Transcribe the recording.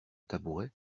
tabouret